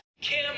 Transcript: Kim